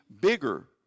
bigger